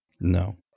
No